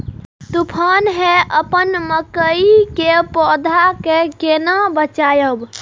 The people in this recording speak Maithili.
तुफान है अपन मकई के पौधा के केना बचायब?